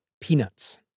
peanuts